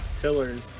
pillars